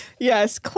Yes